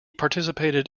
participated